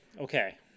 Okay